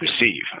receive